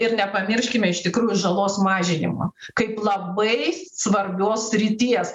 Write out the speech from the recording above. ir nepamirškime iš tikrųjų žalos mažinimo kaip labai svarbios srities